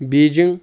Beijing